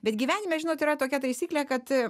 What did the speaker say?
bet gyvenime žinot yra tokia taisyklė kad